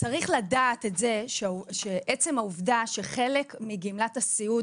צריך לדעת את זה שעצם העובדה שחלק מגמלת הסיעוד